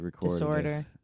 disorder